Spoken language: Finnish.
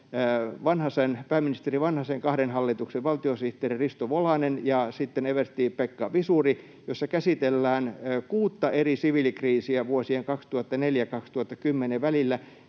pääministeri Vanhasen kahden hallituksen valtiosihteeri Risto Volanen ja eversti Pekka Visuri ja jossa käsitellään kuutta eri siviilikriisiä vuosien 2004 ja 2010 välillä.